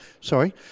sorry